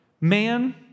man